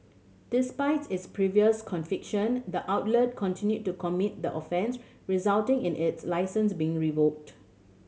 despite its previous conviction the outlet continued to commit the offence resulting in its licence being revoked